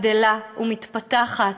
גדלה ומתפתחת,